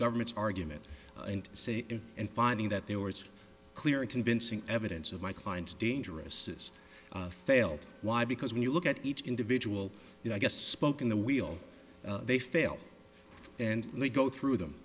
government's argument and say and finding that there were it's clear and convincing evidence of my clients dangerous has failed why because when you look at each individual you know i guess spoke in the wheel they fail and we go through them